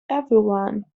everyone